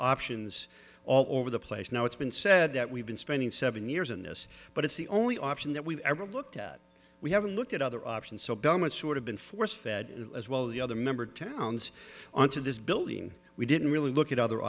options all over the place now it's been said that we've been spending seven years in yes but it's the only option that we've ever looked at we haven't looked at other options so government sort of been force fed as well the other member towns on to this building we didn't really look at other